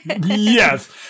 Yes